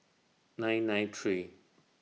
nine nine three